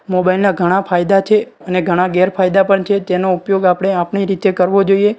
મોબાઈલના ઘણા ફાયદા છે અને ઘણા ગેરફાયદા પણ છે તેનો ઉપયોગ આપણે આપણી રીતે કરવો જોઈએ